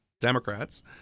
Democrats